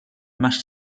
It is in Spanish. más